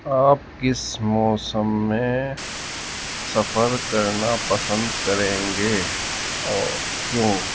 آپ کس موسم میں سفر کرنا پسند کریں گے اور کیوں